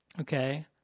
okay